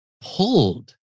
pulled